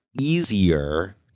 easier